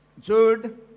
Jude